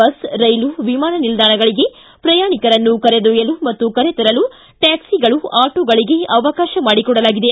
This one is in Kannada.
ಬಸ್ ರೈಲು ವಿಮಾನ ನಿಲ್ದಾಣಗಳಿಗೆ ಪ್ರಯಾಣಿಕರನ್ನು ಕರೆದೊಯ್ಯಲು ಮತ್ತು ಕರೆ ತರಲು ಟ್ಯಾಟ್ಲಿಗಳು ಆಟೋಗಳಿಗೆ ಅವಕಾಶ ಮಾಡಿಕೊಡಲಾಗಿದೆ